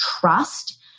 trust